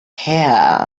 here